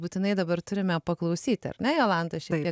būtinai dabar turime paklausyti ar ne jolanta šiandien nes